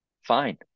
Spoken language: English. fine